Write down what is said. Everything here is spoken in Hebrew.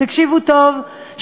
תקשיבו טוב,